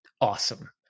awesome